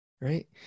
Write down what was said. right